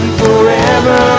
forever